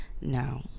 No